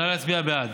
נא להצביע בעד.